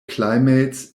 climates